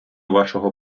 вашого